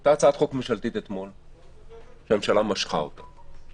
הייתה הצעת חוק ממשלתית שהממשלה משכה אתמול.